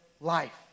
life